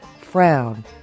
Frown